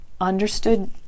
understood